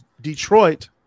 Detroit